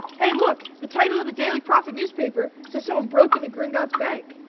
hey look, the title of the daily prophet newspaper says someone broke into gringott's bank.